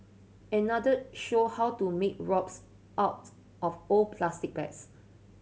another showed how to make ropes out of old plastic bags